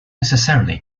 necessarily